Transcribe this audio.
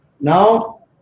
Now